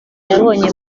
yabonye